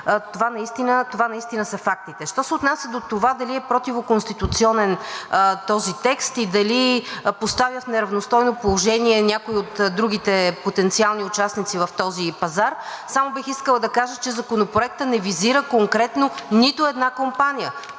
това наистина са фактите. Що се отнася до това дали е противоконституционен този текст и дали поставя в неравностойно положение някои от другите потенциални участници в този пазар, само бих искала да кажа, че Законопроектът не визира конкретно нито една компания,